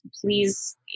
Please